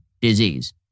disease